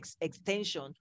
extension